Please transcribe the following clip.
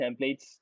templates